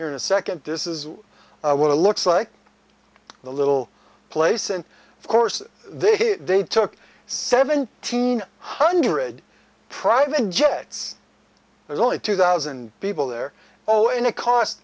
here in a second this is what it looks like the little place and of course they they took seventeen hundred private jets there's only two thousand people there oh and it cost